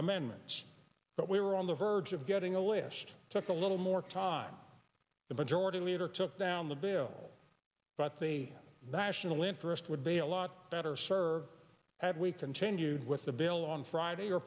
amendments but we were on the verge of getting a list took a little more time the majority leader took down the bill but the national interest would be a lot better served had we continued with the bill on friday or